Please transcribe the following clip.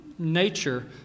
nature